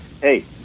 hey